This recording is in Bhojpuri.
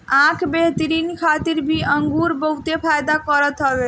आँख बेहतरी खातिर भी अंगूर बहुते फायदा करत हवे